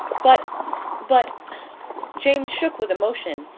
but but james shook with emotion.